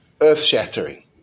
earth-shattering